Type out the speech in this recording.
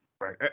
right